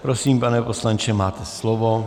Prosím, pane poslanče, máte slovo.